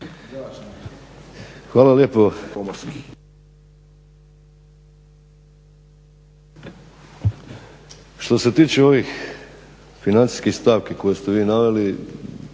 Hvala lijepo. Što se tiče ovih financijskih stavki koje ste vi naveli